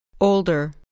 Older